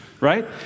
right